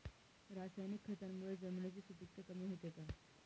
रासायनिक खतांमुळे जमिनीची सुपिकता कमी होते का?